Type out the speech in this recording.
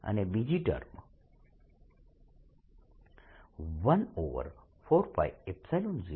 અને બીજી ટર્મ 14π0